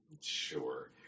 Sure